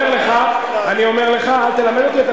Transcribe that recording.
אני אומר לך, אל תלמד אותי.